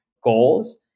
goals